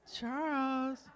Charles